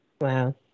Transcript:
Wow